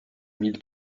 mille